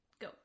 Go